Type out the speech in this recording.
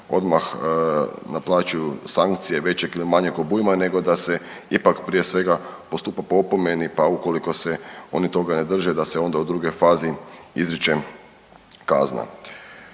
odmah naplaćuju sankcije većeg ili manjeg obujma nego da se ipak prije svega postupa po opomeni pa ukoliko se oni toga ne drže da se onda u drugoj fazi izriče kazna.